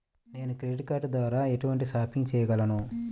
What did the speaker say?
నేను credit card ద్వార ఎటువంటి షాపింగ్ చెయ్యగలను?